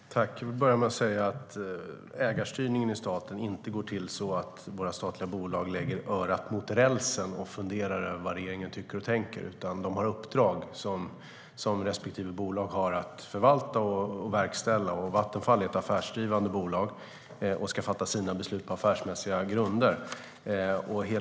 Herr talman! Jag vill börja med att säga att ägarstyrningen i staten inte går till så att våra statliga bolag lägger örat mot rälsen och funderar över vad regeringen tycker och tänker. De har uppdrag som respektive bolag har att förvalta och verkställa. Vattenfall är ett affärsdrivande bolag och ska fatta sina beslut på affärsmässiga grunder.